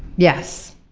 yes.